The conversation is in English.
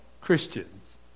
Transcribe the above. Christians